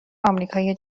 آمریکای